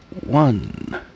One